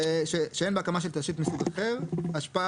שאין בהקמה של תשתית מסוג אחר השפעה